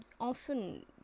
often